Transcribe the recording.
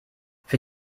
für